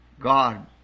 God